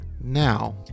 Now